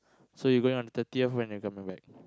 so you going on the thirtieth when you coming back